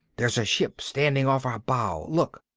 there's a ship standing off our bow. look.